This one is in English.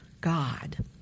God